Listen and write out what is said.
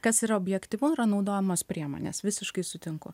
kas yra objektyvu yra naudojamos priemonės visiškai sutinku